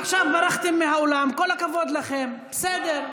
עכשיו ברחתם מהאולם, כל הכבוד לכם, בסדר.